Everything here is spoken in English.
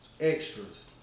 extras